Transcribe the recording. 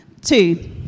Two